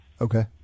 Okay